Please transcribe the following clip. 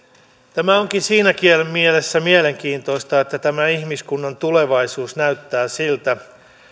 tämä onkin siinä mielessä mielenkiintoista että tämä ihmiskunnan tulevaisuus näyttää siltä